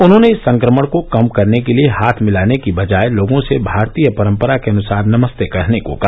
उन्होंने इस संक्रमण को कम करने के लिए हाथ मिलाने की बजाय लोगों से भारतीय परम्परा के अनुसार नमस्ते कहने को कहा